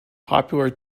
popular